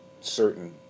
certain